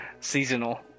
seasonal